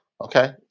Okay